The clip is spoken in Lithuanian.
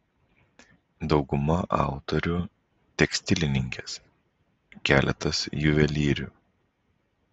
dauguma autorių tekstilininkės keletas juvelyrių